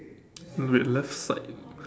wait left side